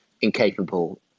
incapable